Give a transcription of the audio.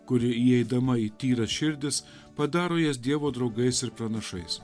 kuri įeidama į tyras širdis padaro jas dievo draugais ir pranašais